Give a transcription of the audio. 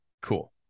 cool